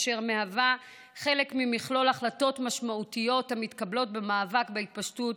אשר מהווה חלק ממכלול החלטות משמעותיות המתקבלות במאבק בהתפשטות